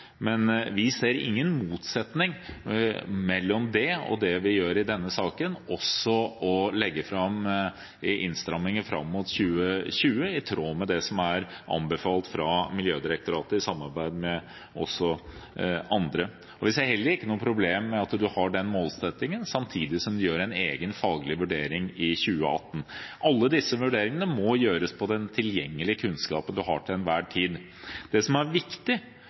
Men vi ser ingen motsetning mellom det og det vi gjør i denne saken, å legge fram forslag til vedtak om innstramminger fram mot 2020, i tråd med det som er anbefalt av Miljødirektoratet, i samarbeid med andre. Vi ser heller ikke noe problem med at man har denne målsettingen samtidig som man gjør en egen faglig vurdering i 2018. Alle disse vurderingene må gjøres ut fra den tilgjengelige kunnskapen man til enhver tid har. Det som er viktig